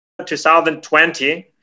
2020